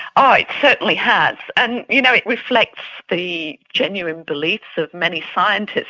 oh, it certainly has. and, you know, it reflects the genuine beliefs of many scientists.